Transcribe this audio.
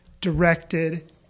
directed